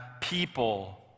people